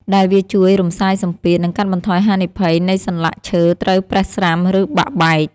ដែលវាជួយរំសាយសម្ពាធ និងកាត់បន្ថយហានិភ័យនៃសន្លាក់ឈើត្រូវប្រេះស្រាំ ឬបាក់បែក។